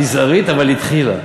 מזערית, אבל התחילה.